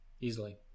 Easily